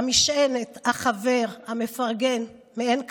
המשענת, החבר והמפרגן מאין כמוהו.